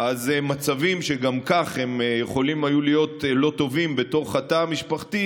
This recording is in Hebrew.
מצבים שגם כך הם היו יכולים להיות לא טובים בתוך התא המשפחתי